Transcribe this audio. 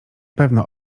pewno